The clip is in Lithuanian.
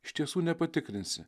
iš tiesų nepatikrinsi